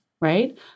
Right